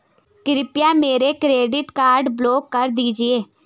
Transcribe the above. कृपया मेरा credit card block कर दीजिए